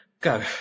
go